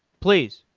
please.